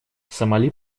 сомали